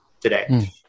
today